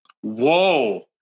Whoa